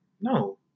No